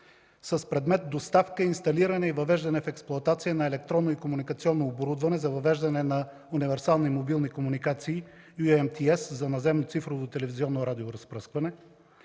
с предмет „Доставка, инсталиране и въвеждане в експлоатация на електронно и комуникационно оборудване за въвеждане на универсални мобилни комуникации UMTS за наземно цифрово телевизионно радиоразпръскване”,